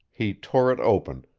he tore it open,